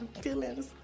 feelings